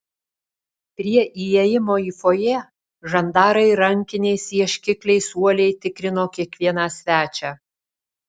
prie įėjimo į fojė žandarai rankiniais ieškikliais uoliai tikrino kiekvieną svečią